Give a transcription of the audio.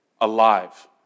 alive